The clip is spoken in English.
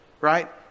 right